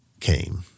came